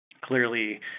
Clearly